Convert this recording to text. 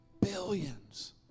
billions